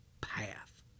path